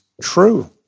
true